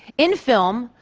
in film,